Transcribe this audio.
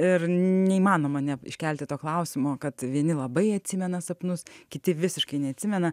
ir neįmanoma ne iškelti to klausimo kad vieni labai atsimena sapnus kiti visiškai neatsimena